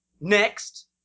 Next